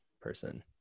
person